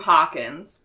Hawkins